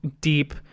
deep